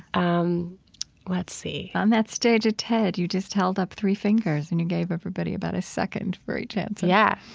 um let's see on that stage at ted, you just held up three fingers and you gave everybody about a second for each answer yeah,